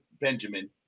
Benjamin